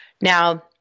Now